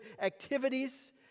activities